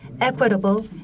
equitable